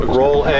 roll